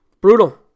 Brutal